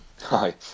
Hi